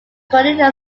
cordillera